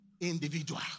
individual